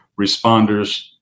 responders